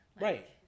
Right